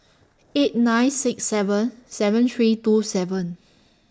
eight nine six seven seven three two seven